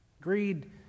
Greed